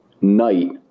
night